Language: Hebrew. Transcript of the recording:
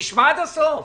תשמע עד הסוף.